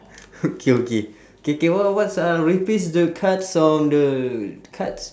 okay okay K K what what what's uh replace the cards on the cards